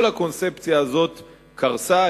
כל הקונספציה הזאת קרסה.